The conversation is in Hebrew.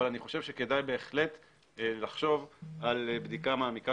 אבל אני חושב שכדאי בהחלט לחשוב על בדיקה מעמיקה